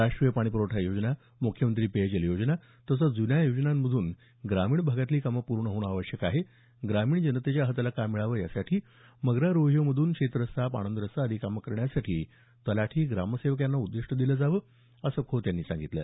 राष्ट्रीय पाणी पुरवठा योजना मुख्यमंत्री पेयजल योजना तसंच जुन्या योजनांमधून ग्रामीण भागामधली कामं पूर्ण होणं आवश्यक आहे ग्रामीण जनतेच्या हाताला काम मिळावं यासाठी मग्रारोहयोमधून शेतरस्ता पाणंद रस्ता आदी कामं करण्यासाठी तलाठी ग्रामसेवक आदींना उद्दीष्ट दिलं जावं असं खोत यांनी सांगितलं